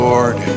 Lord